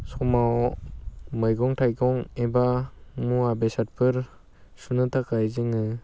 समाव मैगं थायगं एबा मुवा बेसादफोर सुनो थाखाय जोङो